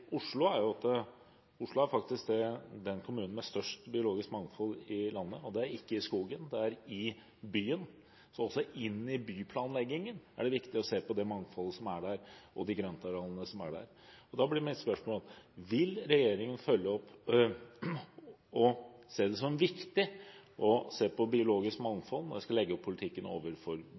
Oslo faktisk er den kommunen med størst biologisk mangfold i landet – og det er ikke i skogen; det er i byen, for også inn i byplanleggingen er det viktig å se på det mangfoldet og de grøntarealene som er der. Da blir mitt spørsmål: Vil regjeringen følge opp og se biologisk mangfold som viktig når en skal legge opp politikken for